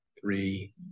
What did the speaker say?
three